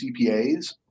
CPAs